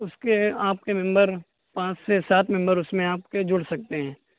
اس کے آپ کے ممبر پانچ سے سات ممبر اس میں آپ کے جڑ سکتے ہیں